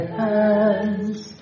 hands